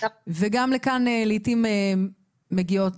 וגם לכאן לעיתים מגיעות,